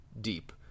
deep